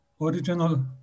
original